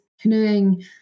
canoeing